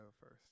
first